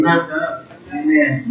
Amen